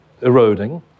eroding